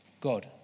God